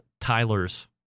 Tyler's